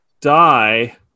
die